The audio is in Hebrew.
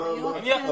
יש בזה משהו.